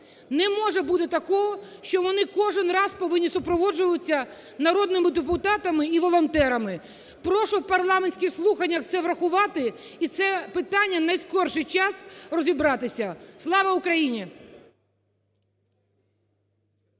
Не може бути такого, що вони кожен раз повинні супроводжуватися народними депутатами і волонтерами. Прошу в парламентських слуханнях це врахувати і це питання в найскоріший час розібратися. Слава Україні!